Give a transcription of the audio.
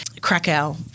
Krakow